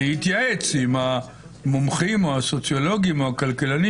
להשוות אותם גם בגלל התפלגות הגילים של האוכלוסייה.